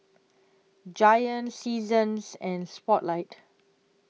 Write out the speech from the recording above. Giant Seasons and Spotlight